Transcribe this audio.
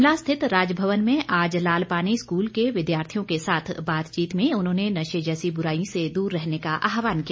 शिमला स्थित राजभवन में आज लालपानी स्कूल के विद्यार्थियों के साथ बातचीत में उन्होंने नशे जैसी बुराईयों से दूर रहने का आहवान किया